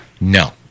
No